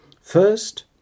First